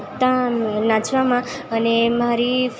ત્યાં નાચવામાં અને મારી